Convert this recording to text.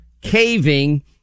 caving